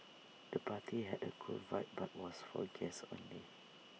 the party had A cool vibe but was for guests only